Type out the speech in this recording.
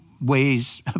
ways